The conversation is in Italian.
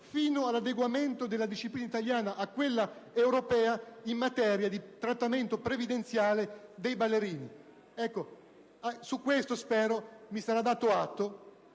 fino all'adeguamento della disciplina italiana a quella europea in materia di trattamento previdenziale dei ballerini. Su questo spero sarà dato atto